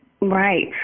Right